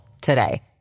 today